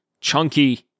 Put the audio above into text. chunky